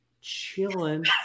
chilling